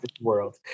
World